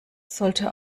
sollte